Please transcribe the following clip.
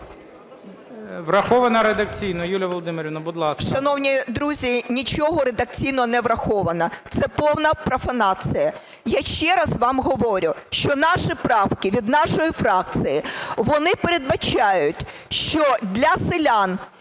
Врахована редакційно. Юлія Володимирівна, будь ласка. ТИМОШЕНКО Ю.В. Шановні друзі, нічого редакційно не враховано – це повна профанація. Я ще раз вам говорю, що наші правки, від нашої фракції, вони передбачають, що для селян,